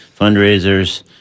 fundraisers